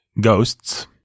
ghosts